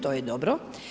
To je dobro.